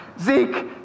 Zeke